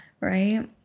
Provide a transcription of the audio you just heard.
right